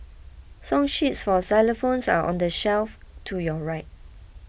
song sheets for xylophones are on the shelf to your right